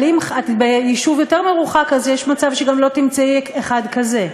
אבל אם את ביישוב יותר מרוחק אז יש מצב שגם לא תמצאי אחד כזה.